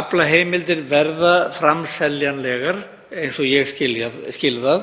Aflaheimildir verða framseljanlegar, eins og ég skil það,